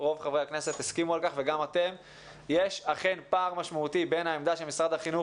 יש אכן פער משמעותי בין העמדה שמשרד החינוך